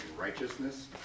righteousness